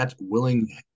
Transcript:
willing